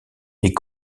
est